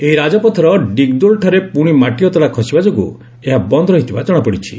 ଏହି ରାଜପଥର ଡିଗ୍ଦୋଲଠାରେ ପ୍ରଶି ମାଟି ଅତଡ଼ା ଖସିବା ଯୋଗୁଁ ଏହା ବନ୍ଦ ରହିଥିବା ଜଣାପଡ଼ିଛି